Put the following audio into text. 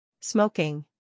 Smoking